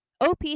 OP